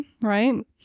right